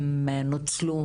הן נוצלו